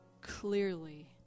clearly